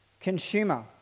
Consumer